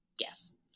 yes